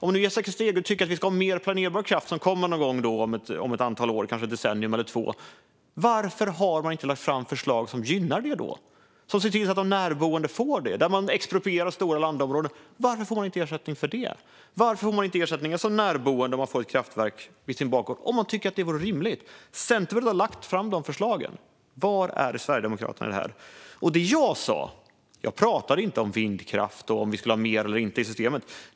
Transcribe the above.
Om nu Jessica Stegrud tycker att vi ska ha mer planerbar kraft, som kommer någon gång om ett antal år, kanske ett decennium eller två, varför har man då inte lagt fram förslag som gynnar det? Varför har man inte lagt förslag som ser till att de närboende får ersättning när man exproprierar stora landområden? Varför får närboende inte ersättning om de får ett kraftverk vid sin bakgård, om man nu tycker att det är rimligt? Centerpartiet har lagt fram förslag, men var är förslagen från Sverigedemokraterna? Jag pratade inte om vindkraft och om vi skulle ha mer eller inte i systemet.